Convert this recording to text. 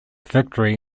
victory